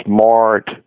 smart